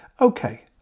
Okay